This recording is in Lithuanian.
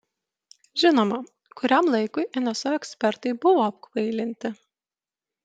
žinoma kuriam laikui nso ekspertai buvo apkvailinti